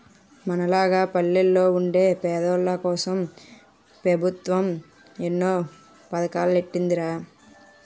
మనలాగ పల్లెల్లో వుండే పేదోల్లకోసం పెబుత్వం ఎన్నో పదకాలెట్టీందిరా